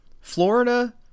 Florida